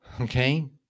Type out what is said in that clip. Okay